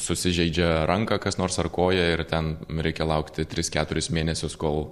susižeidžia ranką kas nors ar koją ir ten reikia laukti tris keturis mėnesius kol